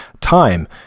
time